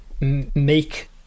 make